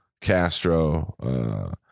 Castro